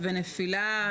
בנפילה,